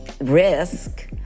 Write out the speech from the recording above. risk